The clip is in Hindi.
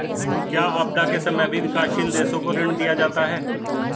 क्या आपदा के समय भी विकासशील देशों को ऋण दिया जाता है?